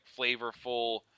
flavorful